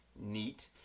neat